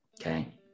Okay